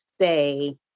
say